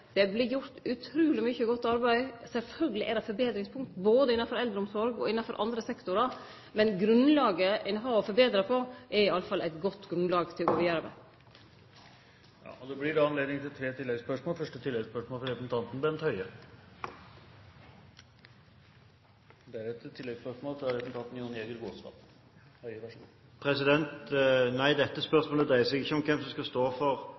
Det har vorte gjort utruleg mykje godt arbeid. Sjølvsagt er det forbetringspunkt, både innanfor eldreomsorg og innanfor andre sektorar. Men grunnlaget ein har for å forbetre, er i alle fall godt. Det blir gitt anledning til tre oppfølgingsspørsmål – først representanten Bent Høie. Dette spørsmålet dreier seg ikke om hvem som skal stå for driften av innholdet i omsorgstjenesten, men hvem som skal stå for